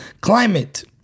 Climate